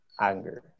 anger